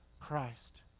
Christ